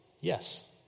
yes